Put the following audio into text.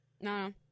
No